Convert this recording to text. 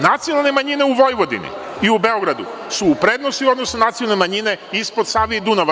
Nacionalne manjine u Vojvodini i u Beogradu su u prednosti u odnosu na nacionalne manjine ispod Save i Dunava.